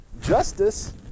Justice